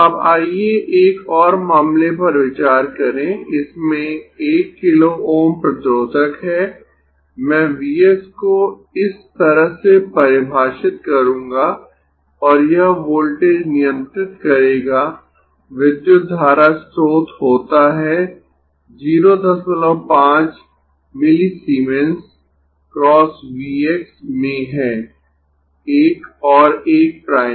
अब आइए एक और मामले पर विचार करें इसमें 1 किलो Ω प्रतिरोधक है मैं V x को इस तरह से परिभाषित करूंगा और यह वोल्टेज नियंत्रित करेगा विद्युत धारा स्रोत होता है 05 मिलीसीमेंस × V x में है 1 और 1 प्राइम